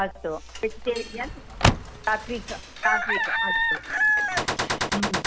अस्तु वेजिटेरियन् सात्विकं सात्विकम् अस्तु